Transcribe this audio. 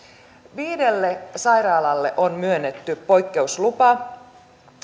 viidelle sairaalalle on myönnetty poikkeuslupa